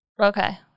Okay